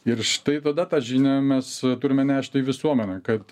ir štai tada tą žinią mes turime nešti į visuomenę kad